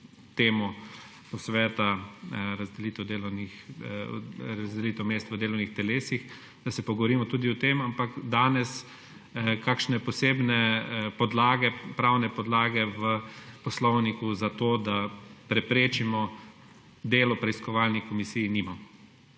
temo posveta, razdelitev mest v delovnih telesih, da se pogovorimo tudi o tem. Danes kakšne posebne podlage, pravne podlage v poslovniku za to, da preprečimo delo preiskovalni komisiji, nimam.